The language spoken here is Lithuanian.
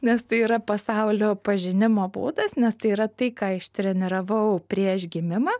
nes tai yra pasaulio pažinimo būdas nes tai yra tai ką ištreniravau prieš gimimą